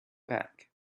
back